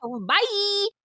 Bye